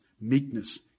meekness